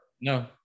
No